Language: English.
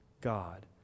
God